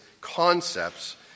concepts